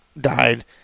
died